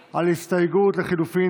בעד,